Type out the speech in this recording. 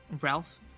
Ralph